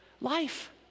Life